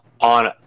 on